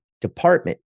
department